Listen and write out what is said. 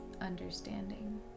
understanding